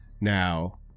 now